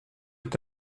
est